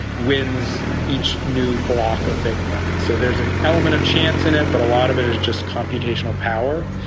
wins each new block of bitcoins. so there's an element of chance in it but a lot of it is just computational power.